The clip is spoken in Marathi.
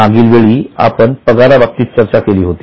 मागील वेळी आपण पगार बाबतीत चर्चा केली होती